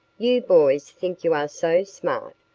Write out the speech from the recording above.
you boys think you are so smart,